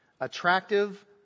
attractive